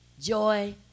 joy